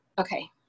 Okay